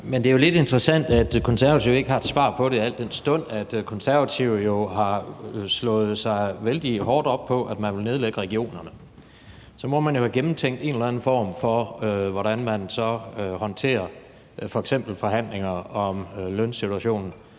Men det er lidt interessant, at Konservative ikke har et svar på det, al den stund at Konservative har slået sig vældig hårdt op på, at man vil nedlægge regionerne. Så må man jo have gennemtænkt i en eller anden form, hvordan man så håndterer f.eks. forhandlinger om lønsituationen